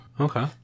Okay